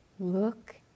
Look